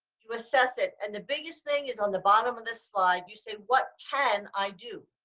you assess it and the biggest thing is on the bottom of this slide, you say what can i do?